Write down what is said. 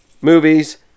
movies